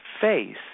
face